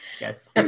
Yes